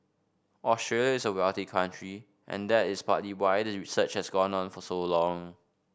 Australia is a wealthy country and that is partly why the research has gone on for so long